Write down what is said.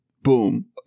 Boom